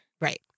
Right